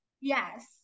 yes